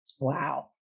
Wow